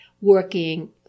working